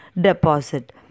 deposit